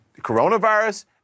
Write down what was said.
coronavirus